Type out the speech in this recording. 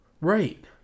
Right